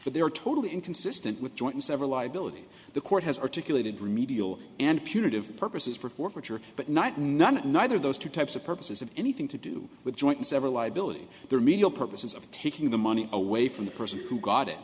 but they are totally inconsistent with joint and several liability the court has articulated remedial and punitive purposes for forfeiture but not none neither those two types of purposes have anything to do with joint and several liability their medial purpose of taking the money away from the person who got it